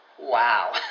Wow